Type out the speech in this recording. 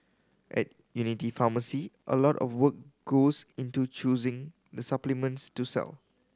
at Unity Pharmacy a lot of work goes into choosing the supplements to sell